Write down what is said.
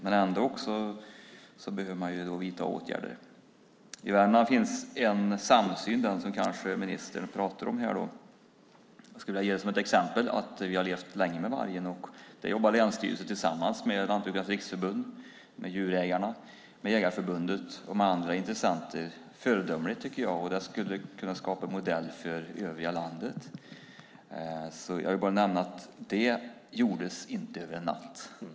Man behöver ändå vidta åtgärder. I Värmland finns en samsyn, som ministern kanske pratar om här. Jag skulle vilja nämna som exempel att vi har levt länge med vargen, och länsstyrelsen där jobbar tillsammans med Lantbrukarnas Riksförbund, med djurägarna, med Jägareförbundet och med andra intressenter på ett föredömligt sätt. Det skulle kunna skapa en modell för övriga landet. Jag vill bara nämna att den samsynen inte skapades över en natt.